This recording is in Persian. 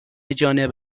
جانب